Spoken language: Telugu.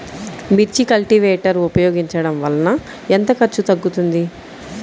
మిర్చి కల్టీవేటర్ ఉపయోగించటం వలన ఎంత ఖర్చు తగ్గుతుంది?